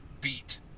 beat